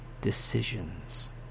decisions